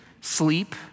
sleep